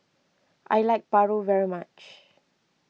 I like Paru very much